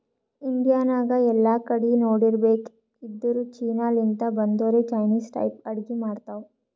India ನಾಗ್ ಎಲ್ಲಾ ಕಡಿ ನೋಡಿರ್ಬೇಕ್ ಇದ್ದೂರ್ ಚೀನಾ ಲಿಂತ್ ಬಂದೊರೆ ಚೈನಿಸ್ ಟೈಪ್ ಅಡ್ಗಿ ಮಾಡ್ತಾವ್